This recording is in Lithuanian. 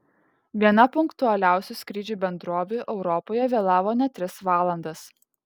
viena punktualiausių skrydžių bendrovių europoje vėlavo net tris valandas